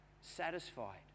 satisfied